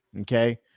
okay